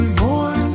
more